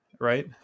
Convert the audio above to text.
Right